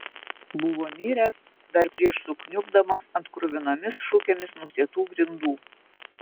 buvo miręs dar prieš sukniubdamas ant kruvinomis šukėmis nusėtų grindų